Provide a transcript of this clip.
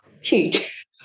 huge